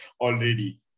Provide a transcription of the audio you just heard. already